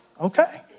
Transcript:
Okay